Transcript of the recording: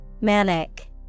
Manic